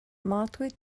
магадгүй